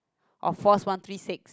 of force one three six